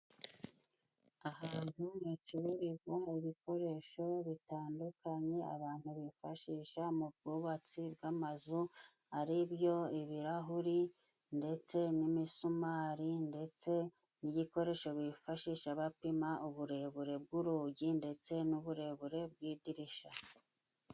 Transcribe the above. Ahantu bacururiza ibikoresho bitandukanye abantu bifashisha mu bwubatsi bw'amazu ari byo ibirahuri, ndetse n'imisumari ,ndetse n'igikoresho bifashisha bapima uburebure bw'urugi ndetse n'uburebure bw'idirisha.